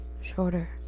shorter